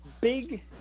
Big